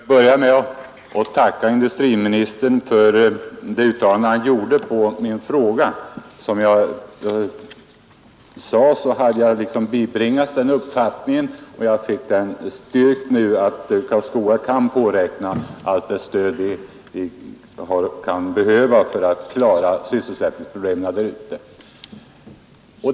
Fru talman! Jag kanske skall börja med att tacka industriministern för det svar han gav på min fråga. Jag hade bibringats den uppfattningen — och jag fick den bestyrkt nu — att Karlskoga kan påräkna det stöd som behövs om sysselsättningsproblemen skall kunna lösas.